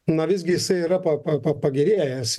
na visgi jisai yra pa pa pagerėjęs